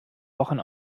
wochen